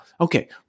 Okay